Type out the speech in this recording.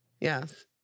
Yes